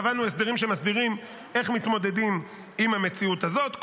קבענו הסדרים שמסדירים איך מתמודדים עם המציאות הזאת,